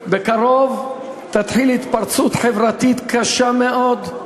בקרוב תתחיל התפרצות חברתית קשה מאוד,